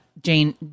Jane